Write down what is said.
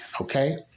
okay